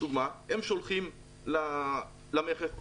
הם שולחים למכס בחו"ל,